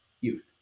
youth